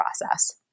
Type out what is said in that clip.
process